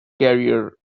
career